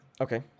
Okay